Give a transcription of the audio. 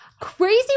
crazy